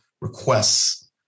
requests